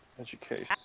Education